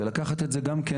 ולקחת את זה גם כן.